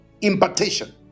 impartation